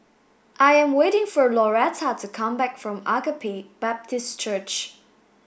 I am waiting for Lauretta to come back from Agape Baptist Church